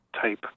type